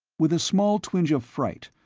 with a small twinge of fright,